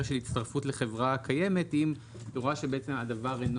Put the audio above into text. של הצטרפות לחברה קיימת אם היא רואה או לא שוכנעה